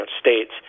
states